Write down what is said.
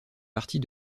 partie